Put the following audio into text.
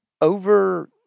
Over